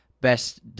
best